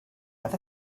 oedd